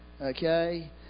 Okay